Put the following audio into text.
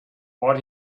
what